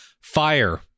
fire